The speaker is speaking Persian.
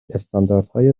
استانداردهای